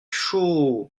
chaud